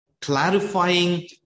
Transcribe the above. clarifying